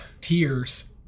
Tears